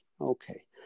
okay